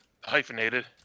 hyphenated